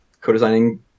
co-designing